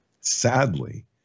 Sadly